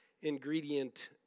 ingredient